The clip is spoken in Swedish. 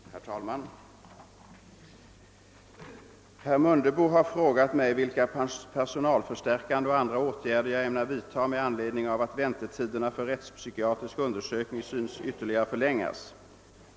Herr talman! Herr Mundebo har frågat mig vilka personalförstärkande och andra åtgärder jag ämnar vidta med anledning av att väntetiderna för rättspsykiatrisk undersökning synes ytterligare förlängas.